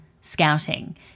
scouting